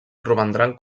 romandran